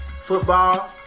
football